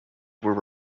were